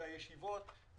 זה הישיבות,